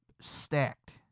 stacked